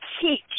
teach